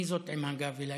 מי זאת עם הגב אליי?